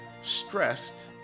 stressed